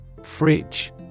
Fridge